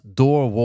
door